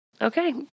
okay